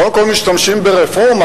קודם כול, משתמשים ברפורמה.